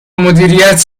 مدیریت